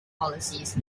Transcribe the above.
policies